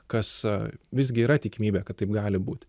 kas visgi yra tikimybė kad taip gali būti